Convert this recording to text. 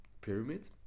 Pyramid